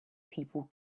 people